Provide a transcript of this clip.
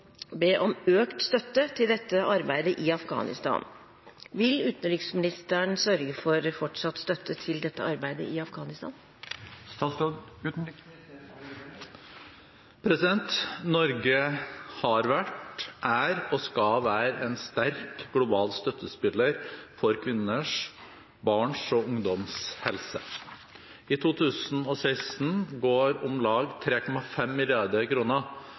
be om økt støtte til dette arbeidet i Afghanistan. Vil utenriksministeren sørge for fortsatt støtte til mødrehelse i Afghanistan?» Norge har vært, er og skal være en sterk global støttespiller for kvinners, barns og ungdoms helse. I 2016 går om lag 3,5